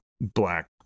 Black